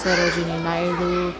Sarojini Naidu